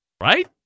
right